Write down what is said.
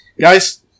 Guys